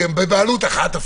אנשים מאבדים את מטה לחמם,